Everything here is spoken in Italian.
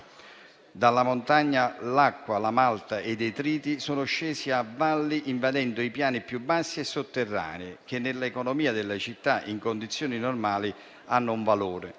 Dalla montagna l'acqua, la malta e i detriti sono scesi a valle, invadendo i piani più bassi e i sotterranei, che nell'economia della città in condizioni normali hanno un valore.